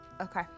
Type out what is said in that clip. Okay